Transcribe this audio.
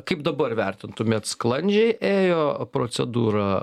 kaip dabar vertintumėt sklandžiai ėjo procedūra